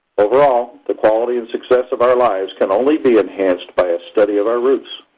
overall, the quality and success of our lives can only be enhanced by a study of our roots.